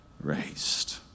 raised